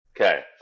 Okay